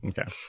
Okay